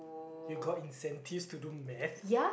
you got incentives to do math